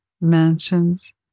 mansions